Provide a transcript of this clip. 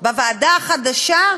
בוועדה החדשה,